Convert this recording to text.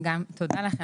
תודה לכם,